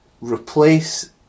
replace